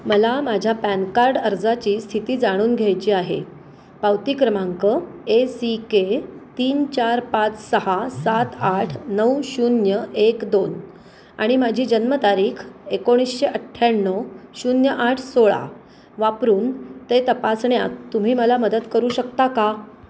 मला माझ्या PAN card अर्जाची स्थिती जाणून घ्यायची आहे पावती क्रमांक ए सी के तीन चार पाच सहा सात आठ नऊ शून्य एक दोन आणि माझी जन्मतारीख एकोणीसशे अठ्ठ्याण्णव शून्य आठ सोळा वापरून ते तपासण्यात तुम्ही मला मदत करू शकता का